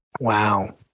Wow